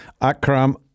Akram